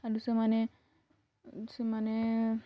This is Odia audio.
ଆରୁ ସେମାନେ ସେମାନେ